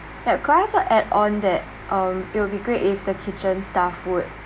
yup could I also add on that um it will be great if the kitchen staff would